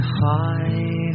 high